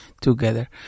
together